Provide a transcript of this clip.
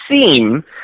seem